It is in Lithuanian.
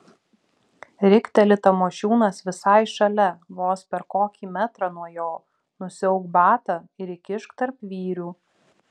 rikteli tamošiūnas visai šalia vos per kokį metrą nuo jo nusiauk batą ir įkišk tarp vyrių